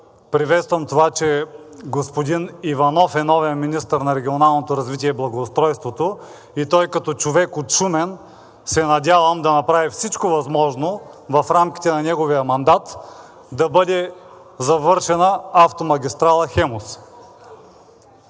приветствам това, че господин Иванов е новият министър на регионалното развитие и благоустройството, и той като човек от Шумен се надявам да направи всичко възможно в рамките на неговия мандат да бъде завършена автомагистрала „Хемус“.